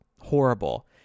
horrible